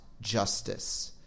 justice